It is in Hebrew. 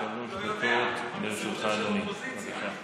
נשמע כמו נאום זחילה לקואליציה.